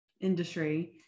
industry